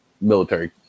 military